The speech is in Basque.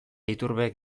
iturbek